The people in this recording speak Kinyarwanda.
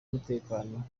umutekano